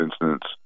incidents